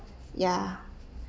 ya